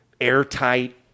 airtight